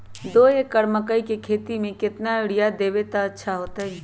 दो एकड़ मकई के खेती म केतना यूरिया देब त अच्छा होतई?